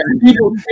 People